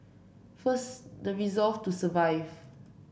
first the resolve to survive